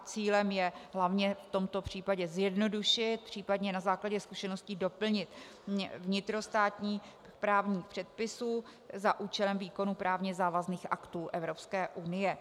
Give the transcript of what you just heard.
Cílem je hlavně v tomto případě zjednodušit, případně na základě zkušeností doplnit vnitrostátní právní předpisy za účelem výkonu právně závazných aktů Evropské unie.